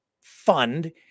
fund